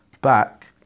back